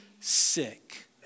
sick